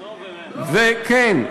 לא, כן.